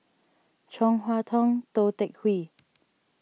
Chong Hua Tong Tou Teck Hwee